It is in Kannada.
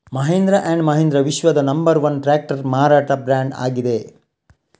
ಮಹೀಂದ್ರ ಅಂಡ್ ಮಹೀಂದ್ರ ವಿಶ್ವದ ನಂಬರ್ ವನ್ ಟ್ರಾಕ್ಟರ್ ಮಾರಾಟದ ಬ್ರ್ಯಾಂಡ್ ಆಗಿದೆ